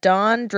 Don